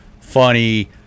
funny